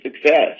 success